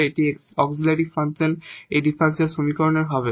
এটি auxiliary function এই differential সমীকরণের হবে